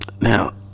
now